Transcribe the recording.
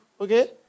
okay